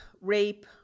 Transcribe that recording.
rape